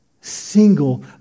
single